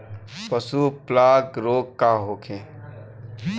पशु प्लग रोग का होखे?